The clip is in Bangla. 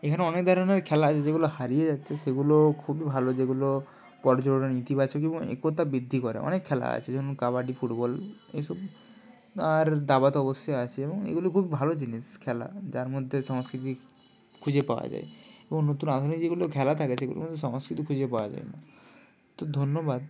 এখানে অনেক ধরনের খেলা আছে যেগুলো হারিয়ে যাচ্ছে যেগুলো খুবই ভালো যেগুলো পর্যটন ইতিবাচক এবং একতা বৃদ্ধি করে অনেক খেলা আছে যেমন কাবাডি ফুটবল এসব আর দাবা তো অবশ্যই আছে এবং এগুলো খুব ভালো জিনিস খেলা যার মধ্যে সাংস্কৃতিক খুঁজে পাওয়া যায় এবং নতুন আধুনিক যেগুলো খেলা থাকে সেগুলোর মধ্যে সংস্কৃত খুঁজে পাওয়া যায় না তো ধন্যবাদ